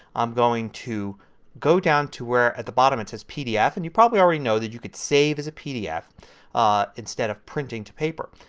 i'm going to go down to where at the bottom it says pdf and you probably already know that you can save as a pdf instead of printing to paper.